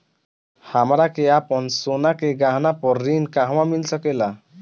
हमरा के आपन सोना के गहना पर ऋण कहवा मिल सकेला?